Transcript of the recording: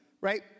right